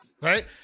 right